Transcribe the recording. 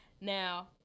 Now